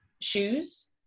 shoes